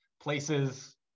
places